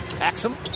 Axum